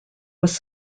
was